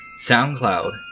SoundCloud